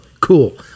cool